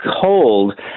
cold